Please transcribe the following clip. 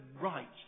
right